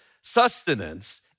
sustenance